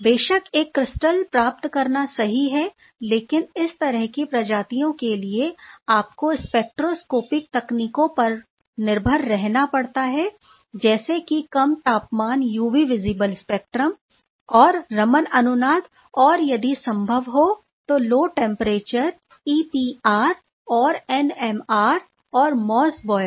बेशक एक क्रिस्टल प्राप्त करना सही है लेकिन इस तरह की प्रजातियों के लिए आपको स्पेक्ट्रोस्कोपिक तकनीकों पर निर्भर रहना पड़ता है जैसे कि कम तापमान यूवी विजिबल स्पेक्ट्रम और रमन अनुनाद और यदि संभव हो तो लो टेंपरेचर ईपीआर और एनएमआर और मोसबॉयर